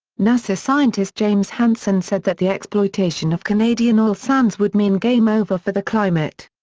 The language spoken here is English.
nasa scientist james hansen said that the exploitation of canadian oil sands would mean game over for the climate.